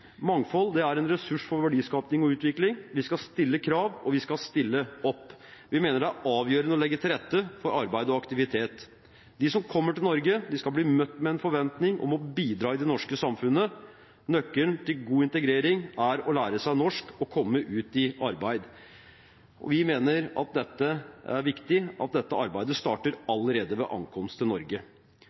Mangfold er en ressurs for verdiskaping og utvikling. Vi skal stille krav, og vi skal stille opp. Vi mener det er avgjørende å legge til rette for arbeid og aktivitet. De som kommer til Norge, skal bli møtt med en forventning om å bidra i det norske samfunnet. Nøkkelen til god integrering er å lære seg norsk og komme ut i arbeid. Vi mener at det er viktig at dette arbeidet starter allerede ved ankomst til Norge.